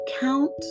count